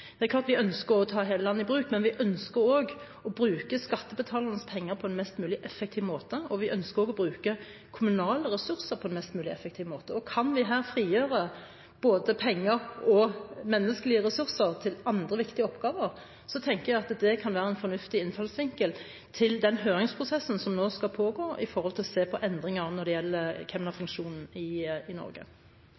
Det er klart at vi ønsker å ta hele landet i bruk, men vi ønsker også å bruke skattebetalernes penger på en mest mulig effektiv måte, og vi ønsker å bruke kommunale ressurser på en mest mulig effektiv måte. Kan vi her frigjøre både penger og menneskelige ressurser til andre, viktige oppgaver, tenker jeg at det kan være en fornuftig innfallsvinkel til den høringsprosessen som nå skal pågå for å se på endringer når det gjelder